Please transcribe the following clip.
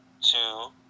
two